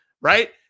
right